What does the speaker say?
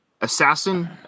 assassin